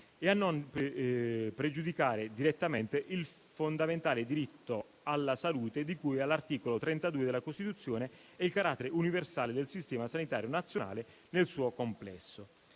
e a non pregiudicare direttamente il fondamentale diritto alla salute di cui all'articolo 32 della Costituzione e il carattere universale del sistema sanitario nazionale nel suo complesso».